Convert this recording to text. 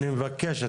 אני מבקש,